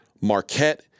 Marquette